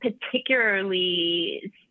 particularly